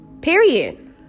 period